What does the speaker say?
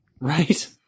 Right